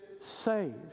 saved